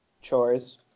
chores